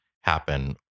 happen